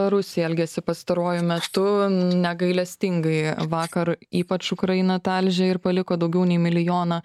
rusija elgiasi pastaruoju metu negailestingai vakar ypač ukrainą talžė ir paliko daugiau nei milijoną